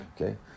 Okay